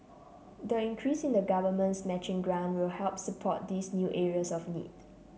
the increase in the government's matching grant will help support these new areas of need